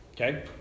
Okay